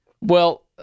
Well-